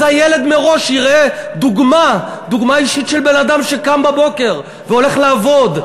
אז הילד מראש יראה דוגמה אישית של בן-אדם שקם בבוקר והולך לעבוד.